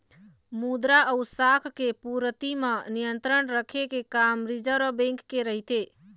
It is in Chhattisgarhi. मद्रा अउ शाख के पूरति म नियंत्रन रखे के काम रिर्जव बेंक के रहिथे